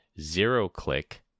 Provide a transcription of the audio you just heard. zero-click